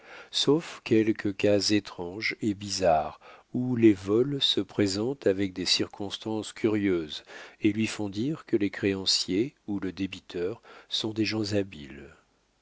sauf quelques cas étranges et bizarres où les vols se présentent avec des circonstances curieuses et lui font dire que les créanciers ou le débiteur sont des gens habiles